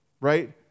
right